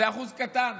זה אחוז קטן,